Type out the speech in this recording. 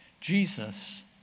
Jesus